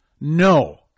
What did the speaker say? no